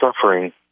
suffering